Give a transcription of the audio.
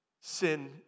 sin